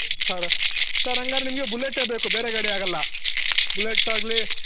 sir sir ಹಂಗಾರೆ ನಿಮಗೆ ಬುಲ್ಲೆಟ್ಟೆ ಬೇಕು ಬೇರೆ ಗಾಡಿ ಆಗಲ್ಲ ಬುಲ್ಲೆಟ್ ಆಗಲಿ